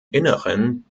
inneren